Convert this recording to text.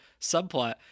subplot